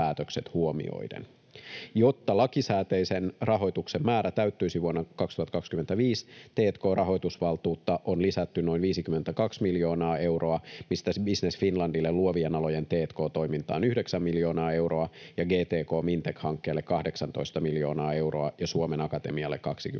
Jotta lakisääteisen rahoituksen määrä täyttyisi vuonna 2025, t&k-rahoitusvaltuutta on lisätty noin 52 miljoonaa euroa, mistä Business Finlandille luovien alojen t&k-toimintaan 9 miljoonaa euroa, GTK Mintec -hankkeelle 18 miljoonaa euroa ja Suomen Akatemialle 25 miljoonaa